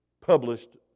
published